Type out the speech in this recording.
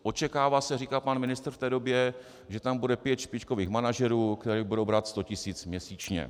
Očekává se, říká pan ministr v té době, že tam bude pět špičkových manažerů, kteří budou brát sto tisíc měsíčně.